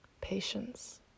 Patience